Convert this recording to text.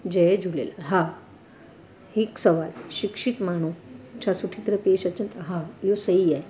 जय झूलेलाल हा हिकु सुवालु शिक्षित माण्हू छा सुठी तरह पेश अचनि हा इहो सही आहे